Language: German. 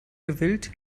gewillt